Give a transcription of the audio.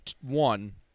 one